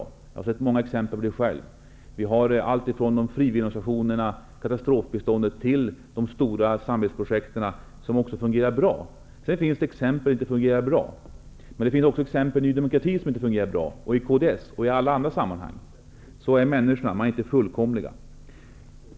Det har jag själv sett många exempel på, alltifrån frivilligorganisationerna och katastrofbiståndet till de stora samarbetsprojekten. Det finns även exempel där biståndet inte fungerar bra, liksom det finns exempel i Ny demokrati, i kds och i andra sammanhang på saker som inte fungerar bra. Människor är inte fullkomliga.